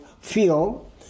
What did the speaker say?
feel